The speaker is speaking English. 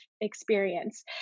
experience